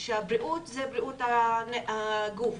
שהבריאות זה בריאות הגוף.